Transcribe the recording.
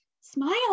smile